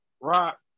rock